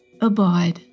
abide